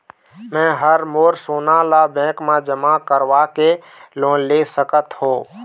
मैं हर मोर सोना ला बैंक म जमा करवाके लोन ले सकत हो?